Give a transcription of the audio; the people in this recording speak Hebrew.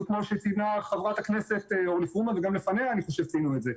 בדיוק כמו שציינה חברת הכנסת פרומן וגם לפניה ציינו את זה,